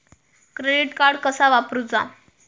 Credit card कसा वापरूचा?